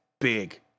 big